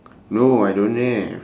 no I don't have